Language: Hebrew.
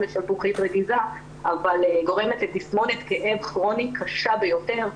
לשלפוחית רגיזה אבל גורמת לתסמונת כאב כרוני קשה ביותר,